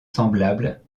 semblable